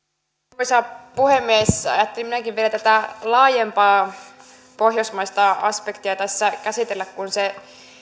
arvoisa puhemies ajattelin minäkin vielä tätä laajempaa pohjoismaista aspektia tässä käsitellä kun se